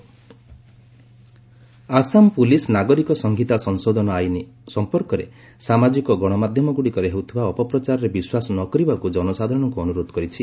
Assam citizenship ଆକୁ Assam police ନାଗରିକ ସଂହିତା ସଂଶୋଧନ ଆଇନ ସଂପର୍କରେ ସାମାଜିକ ଗଣମାଧ୍ୟମଗୁଡ଼ିକରେ ହେଉଥିବା ଅପପ୍ରଚାରରେ ବିଶ୍ୱାସ ନ କରିବାକୁ ଜନସାଧାରଣଙ୍କୁ ଅନୁରୋଧ କରିଛି